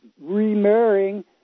remarrying